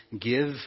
give